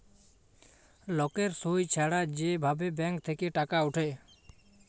লকের সই ছাড়া যে ভাবে ব্যাঙ্ক থেক্যে টাকা উঠে